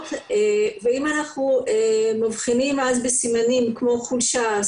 ואם אנחנו מבחינים בסימנים כמו חולשה,